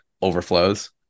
overflows